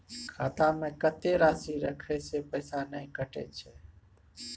खाता में कत्ते राशि रखे से पैसा ने कटै छै?